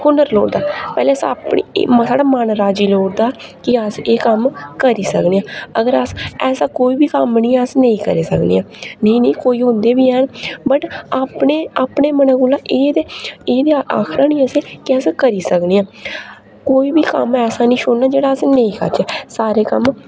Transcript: हुनर लोड़दा पैह्ले अस अपनी साढ़ा मन्न राजी लोड़दा कि अस एह् कम्म करी सकने आं अगर अस ऐसा कोई बी कम्म निं अस नेईं करी सकने आं निं निं कोई होंदे बी हैन बट्ट अपने अपने मन कोला एह् ते एह् ते आखना नि असें केह् अस करी सकने आं कोई बी कम्म ऐसा नेईं छोड़ना जेह्ड़ा अस नेईं करचै सारे कम्म